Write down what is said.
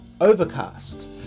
overcast